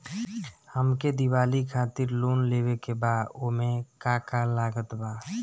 हमके दिवाली खातिर लोन लेवे के बा ओमे का का लागत बा?